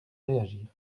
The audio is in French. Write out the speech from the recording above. réagir